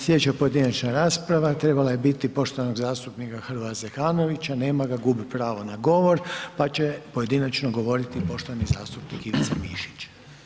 Slijedeća pojedinačna rasprava trebala je biti poštovanog zastupnika Hrvoja Zekanovića, nema ga, gubi pravo na govor pa će pojedinačno govoriti poštovani zastupnik Ivica Mišić.